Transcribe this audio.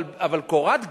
אבל קורת גג?